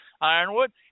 Ironwood